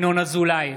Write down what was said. (קורא בשמות חברי הכנסת) ינון אזולאי,